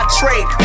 trade